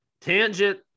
Tangent